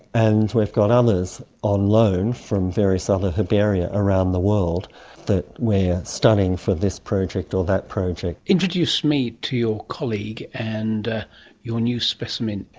and we've got others on loan from various other herbaria around the world that we are studying for this project or that project. introduce me to your colleague and your new specimen.